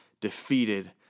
defeated